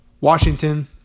Washington